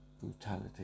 brutality